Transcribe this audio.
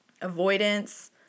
avoidance